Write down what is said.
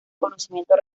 conocimiento